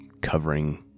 covering